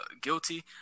guilty